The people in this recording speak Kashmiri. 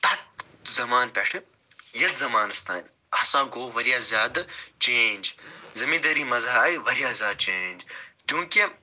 تَتھ زَمانہٕ پٮ۪ٹھہٕ یَتھ زَمانَس تانۍ ہسا گوٚو واریاہ زیادٕ چینٛج زٔمیٖندٲری منٛز آیہِ واریاہ زیادٕ چینٛج چوٗنٛکہِ